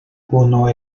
uno